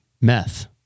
meth